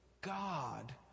God